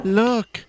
look